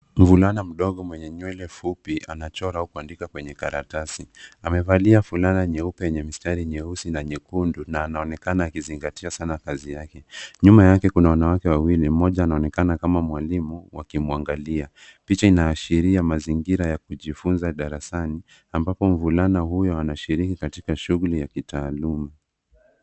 Mvulana mdogo mwenye nywele fupi anachora au kuandika kwenye karatasi. Amevalia fulana nyeupe yenye mistari nyeusi na nyekundu na anaonekana akizingatia sana kazi yake. Nyuma yake kuna wanawake wawili; mmoja anaonekana kama mwalimu wakimwangalia. Picha inaashiria mazingira ya kujifunza darasani ambapo mvulana huyu anashiriki katika shughuli ya kitaaluma.